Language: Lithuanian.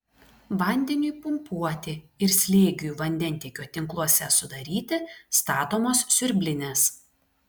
vandeniui pumpuoti ir slėgiui vandentiekio tinkluose sudaryti statomos siurblinės